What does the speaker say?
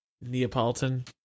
Neapolitan